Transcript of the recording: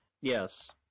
Yes